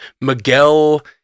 Miguel